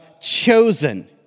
chosen